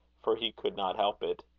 for he could not help it.